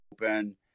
open